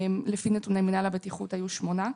לפי נתוני מנהל הבטיחות היו שמונה.